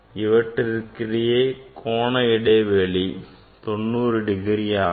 இவற்றிற்கிடையே கோண இடைவெளி 90 டிகிரி ஆகும்